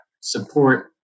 support